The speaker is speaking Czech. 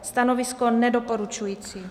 Stanovisko: nedoporučující.